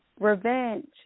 revenge